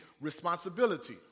responsibility